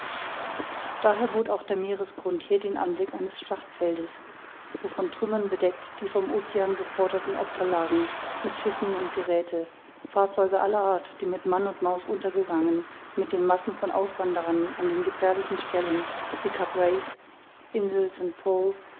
daher bot auch der meeresgrund hier den anblick eines schlachtfeldes wo von trümmern bedeckt die vom ocean geforderten opfer lagen mit schiff und geräthe fahrzeuge aller art die mit mann und maus untergegangen mit den massen von auswanderern an den gefährlichen stellen